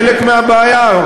חלק מהבעיה,